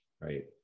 right